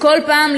כל פעם,